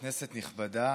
כנסת נכבדה,